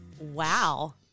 Wow